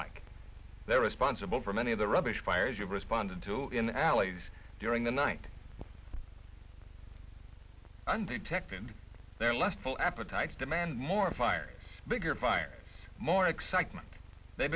like they're responsible for many of the rubbish fires you've responded to in adelaide's during the night undetected and they're less full appetites demand more fires bigger fires more excitement they